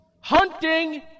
hunting